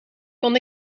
kon